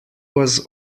was